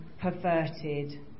perverted